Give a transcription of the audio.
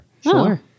Sure